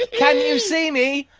can you see me?